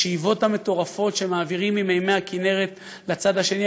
השאיבות המטורפות שמעבירים ממימי הכינרת לצד השני,